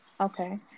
Okay